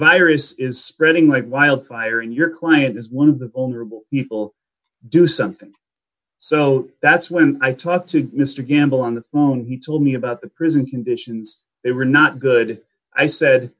virus is spreading like wildfire in your client as one of the owner you will do something so that's when i talked to mr gamble on the phone he told me about the prison conditions they were not good i said